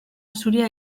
zuria